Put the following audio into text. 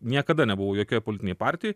niekada nebuvau jokioj politinėj partijoj